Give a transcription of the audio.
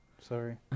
sorry